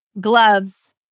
gloves